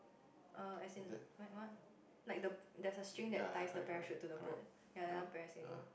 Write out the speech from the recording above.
err as in like what like the there's a string that ties the parachute to the boat ya that one parasailing